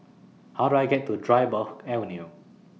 How Do I get to Dryburgh Avenue